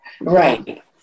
Right